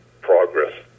progress